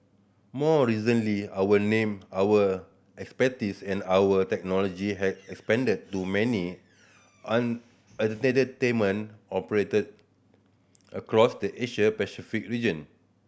more recently our name our expertise and our technology have expanded to many entertainment operated across the Asia Pacific region